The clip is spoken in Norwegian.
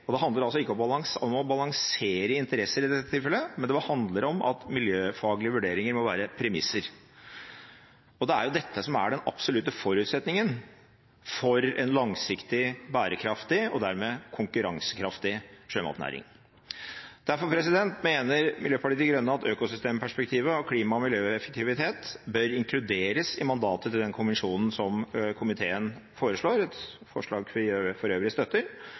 Det handler altså ikke om å balansere interesser i dette tilfellet, men det handler om at miljøfaglige vurderinger må være premisser. Det er dette som er den absolutte forutsetningen for en langsiktig, bærekraftig og dermed konkurransekraftig sjømatnæring. Derfor mener Miljøpartiet De Grønne at økosystem-perspektivet og klima- og miljøeffektivitet bør inkluderes i mandatet til den kommisjonen som komiteen foreslår – et forslag vi for øvrig støtter.